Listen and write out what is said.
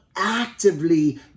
actively